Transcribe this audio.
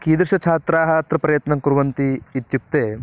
कीदृशछात्राः अत्र प्रयत्नं कुर्वन्ति इत्युक्ते